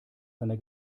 seiner